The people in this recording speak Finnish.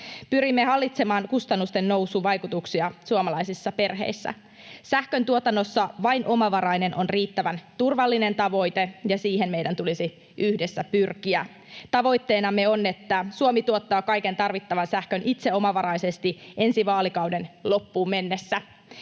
Pyrimme hallitsemaan kustannusten nousun vaikutuksia suomalaisissa perheissä. Sähköntuotannossa vain omavaraisuus on riittävän turvallinen tavoite, ja siihen meidän tulisi yhdessä pyrkiä. Tavoitteenamme on, että Suomi tuottaa kaiken tarvittavan sähkön itse omavaraisesti ensi vaalikauden loppuun mennessä.